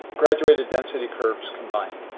graduated density curves combined.